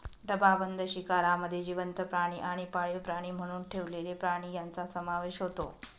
डबाबंद शिकारमध्ये जिवंत प्राणी आणि पाळीव प्राणी म्हणून ठेवलेले प्राणी यांचा समावेश होतो